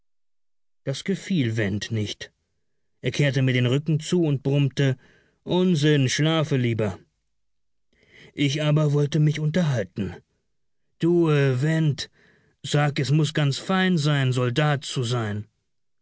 das gefiel went nicht er kehrte mir den rücken zu und brummte unsinn schlafe lieber ich aber wollte mich unterhalten du went sag es muß ganz fein sein soldat zu sein